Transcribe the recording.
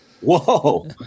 Whoa